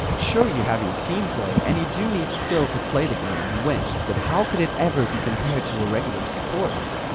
sure you have your team play and you do need skill to play the game and win, but how could it ever be compared to a regular sport?